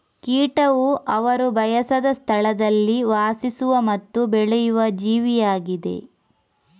ಕೀಟವು ಅವರು ಬಯಸದ ಸ್ಥಳದಲ್ಲಿ ವಾಸಿಸುವ ಮತ್ತು ಬೆಳೆಯುವ ಜೀವಿಯಾಗಿದೆ